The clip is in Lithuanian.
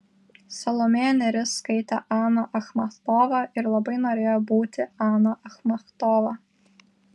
salomėja nėris skaitė aną achmatovą ir labai norėjo būti ana achmatova